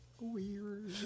weird